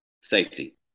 safety